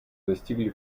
достигли